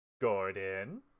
Gordon